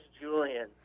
Julian